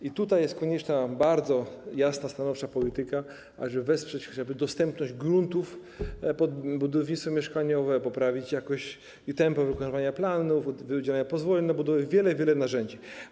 I tutaj jest konieczna bardzo jasna, stanowcza polityka, ażeby wesprzeć chociażby dostępność gruntów pod budownictwo mieszkaniowe, poprawić jakość i tempo wykonywania planów, udzielenia pozwoleń na budowę - wiele, wiele narzędzi.